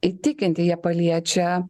įtikinti jie paliečia